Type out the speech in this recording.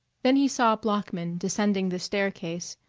then he saw bloeckman descending the staircase,